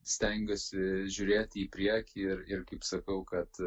stengiuosi žiūrėti į priekį ir ir kaip sakau kad